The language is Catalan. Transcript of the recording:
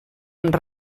amb